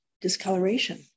discoloration